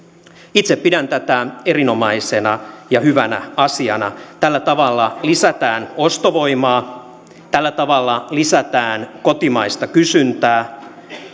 itse pidän tätä erinomaisena ja hyvänä asiana tällä tavalla lisätään ostovoimaa tällä tavalla lisätään kotimaista kysyntää